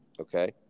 Okay